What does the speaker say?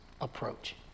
approach